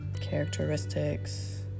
characteristics